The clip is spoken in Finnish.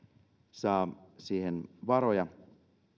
saa siihen varoja